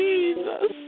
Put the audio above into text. Jesus